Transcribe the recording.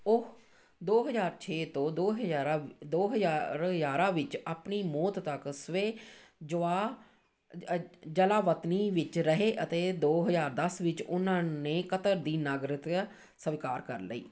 ਉਹ ਦੋ ਹਜ਼ਾਰ ਛੇ ਤੋਂ ਦੋ ਹਜ਼ਾਰਾ ਦੋ ਹਜ਼ਾਰ ਗਿਆਰਾਂ ਵਿੱਚ ਆਪਣੀ ਮੌਤ ਤੱਕ ਸਵੈ ਜਵਾ ਜਲਾਵਤਨੀ ਵਿੱਚ ਰਹੇ ਅਤੇ ਦੋ ਹਜ਼ਾਰ ਦਸ ਵਿੱਚ ਉਨ੍ਹਾਂ ਨੇ ਕਤਰ ਦੀ ਨਾਗਰਿਕਤਾ ਸਵੀਕਾਰ ਕਰ ਲਈ